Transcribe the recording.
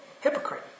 hypocrite